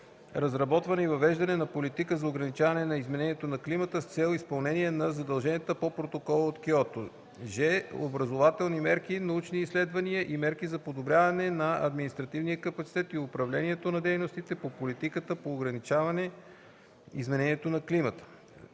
разработване и въвеждане на политика за ограничаване изменението на климата с цел изпълнение на задълженията по Протокола от Киото; ж) образователни мерки, научни изследвания и мерки за подобряване на административния капацитет и управлението на дейностите по политиката по ограничаване изменението на климата;